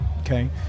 Okay